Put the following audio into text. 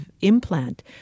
implant